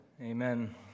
amen